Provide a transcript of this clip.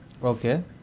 Okay